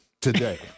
today